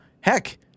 heck